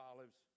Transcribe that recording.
Olives